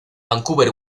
vancouver